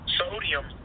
sodium